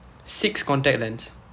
six contact lens